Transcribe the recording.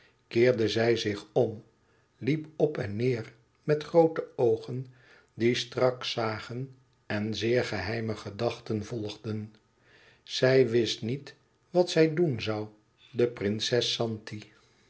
keerde zij zich om liep op en neêr met groote oogen die strak zagen en zeer geheime gedachten volgden zij wist niet wat zij doen zoû de prinses zanti